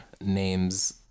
names